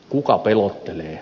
kuka pelottelee